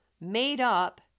made-up